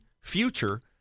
future